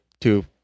two